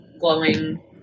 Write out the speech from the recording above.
glowing